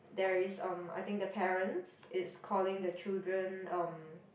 there is um I think the parents is calling the children um